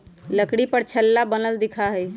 लकड़ी पर छल्ला बनल दिखा हई